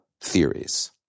theories